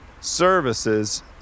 services